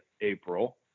April